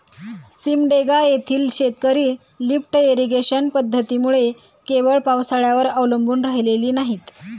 सिमडेगा येथील शेतकरी lift irrigation पद्धतीमुळे केवळ पावसाळ्यावर अवलंबून राहिलेली नाहीत